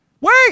wait